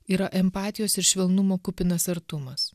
yra empatijos ir švelnumo kupinas artumas